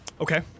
Okay